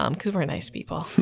um because we're nice people.